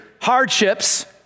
hardships